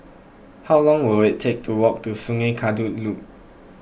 how long will it take to walk to Sungei Kadut Loop